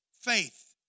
faith